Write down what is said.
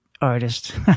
artist